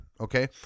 Okay